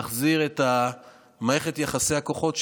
להחזיר את מערכת יחסי הכוחות,